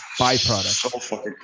byproduct